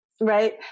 Right